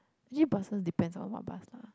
actually buses depends on what bus lah